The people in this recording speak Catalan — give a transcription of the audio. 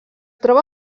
troba